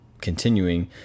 continuing